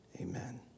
Amen